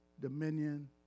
dominion